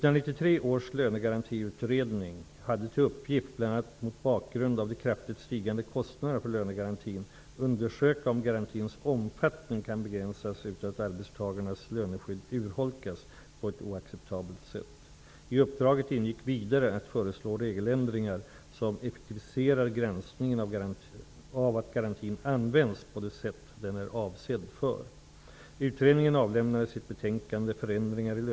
att -- mot bakgrund av de kraftigt stigande kostnaderna för lönegarantin -- undersöka om garantins omfattning kan begränsas utan att arbetstagarnas löneskydd urholkas på ett oacceptabelt sätt. I uppdraget ingick vidare att föreslå regeländringar, som effektiviserar granskningen av att garantin används på det sätt den är avsedd för.